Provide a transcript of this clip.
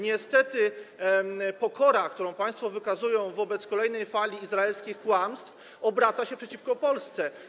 Niestety pokora, którą państwo wykazują wobec kolejnej fali izraelskich kłamstw, obraca się przeciwko Polsce.